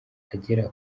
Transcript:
agera